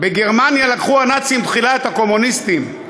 "בגרמניה לקחו הנאצים תחילה את הקומוניסטים,